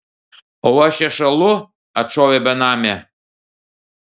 o aš čia šąlu atšovė benamė